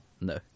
no